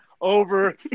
over